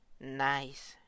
Nice